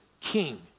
king